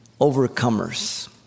overcomers